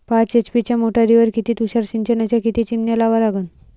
पाच एच.पी च्या मोटारीवर किती तुषार सिंचनाच्या किती चिमन्या लावा लागन?